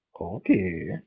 Okay